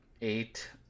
eight